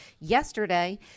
yesterday